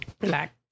relax